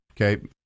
Okay